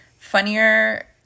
funnier